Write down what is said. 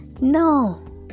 No